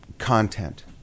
content